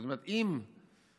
זאת אומרת, אם האזרחים